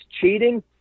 cheating